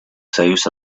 союз